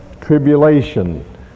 tribulation